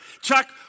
Chuck